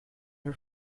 her